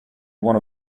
one